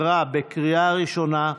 התשפ"ב 2022,